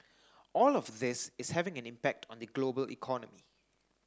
all of this is having an impact on the global economy